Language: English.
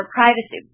privacy